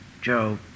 Joe